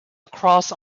across